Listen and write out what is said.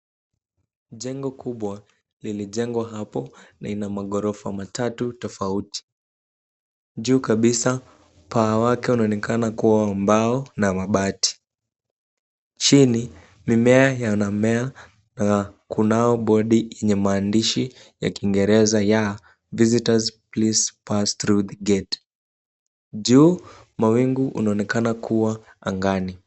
Jengo kubwa lilijengwa hapo. Ina maghorofa matatu tofauti. Juu kabisa paa wake unaonekana kuwa wa mbao na mabati. Chini mimea yanamea na kunao bodi yenye maandishi ya kiingereza ya visitors please pass through the gate . Juu mawingu unaonekana kuwa angani.